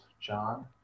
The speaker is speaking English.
John